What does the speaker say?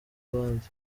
abandi